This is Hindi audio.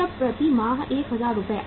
अब जब प्रति माह 1000 रु